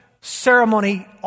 ceremony